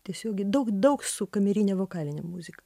tiesiog daug daug su kamerine vokaline muzika